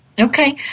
Okay